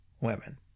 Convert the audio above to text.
women